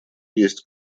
есть